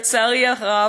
לצערי הרב,